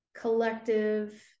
collective